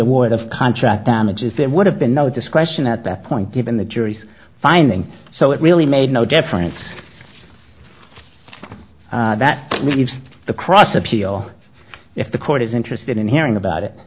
award of contract damages there would have been no discretion at that point given the jury's finding so it really made no difference that the cross appeal if the court is interested in hearing about it